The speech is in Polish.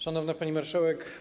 Szanowna Pani Marszałek!